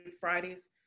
Fridays